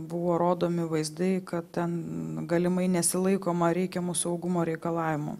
buvo rodomi vaizdai kad ten galimai nesilaikoma reikiamų saugumo reikalavimų